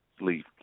Leave